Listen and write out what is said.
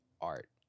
art